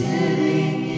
Sitting